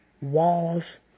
walls